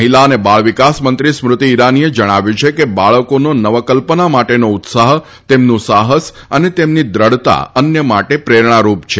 મહિલા અને બાળવિકાસ મંત્રી સ્મૃતિ ઈરાનીએ જણાવ્યું છે કે બાળકોનો નવકલ્પના માટેનો ઉત્સાહ તેમનું સાહસ અને તેમની દ્રઢતા અન્ય માટે પ્રેરણારૂપ છે